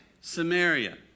Samaria